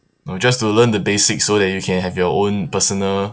or just to learn the basic so that you can have your own personal